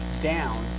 down